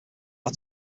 our